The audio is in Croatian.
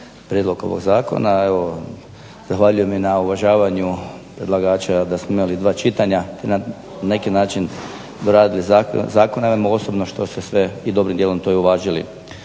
prijedlog ovog zakona. Evo zahvaljujem i na uvažavanju predlagača da smo imali dva čitanja i na neki način doradili zakon i osobno što ste sve dobrim dijelom to i uvažili.